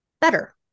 better